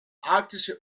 arktische